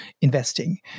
investing